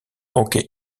hockey